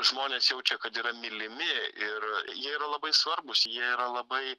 žmonės jaučia kad yra mylimi ir jie yra labai svarbūs jie yra labai